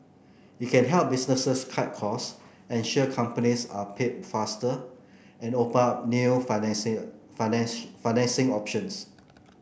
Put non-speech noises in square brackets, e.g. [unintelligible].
it can help businesses cut costs ensure companies are paid faster and open up new [unintelligible] financing options